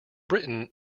britain